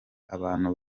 abantu